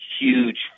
huge